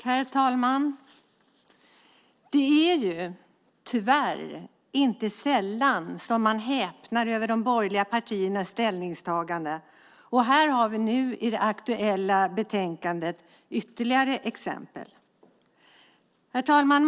Herr talman! Det är tyvärr inte sällan som man häpnar över de borgerliga partiernas ställningstaganden. Här har vi, i det aktuella betänkandet, ytterligare exempel. Herr talman!